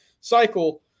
cycle